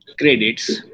credits